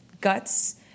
guts